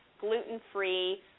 gluten-free